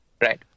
right